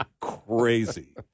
crazy